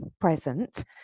present